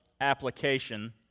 application